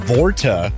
Vorta